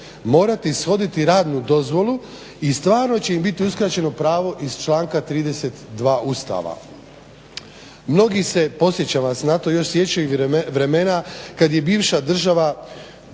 morati ishoditi radnu dozvolu i stvarno će im biti uskraćeno pravo iz članka 32. Ustava. Mnogi se, podsjećam vas na to, još sjećaju vremena kad je bivša država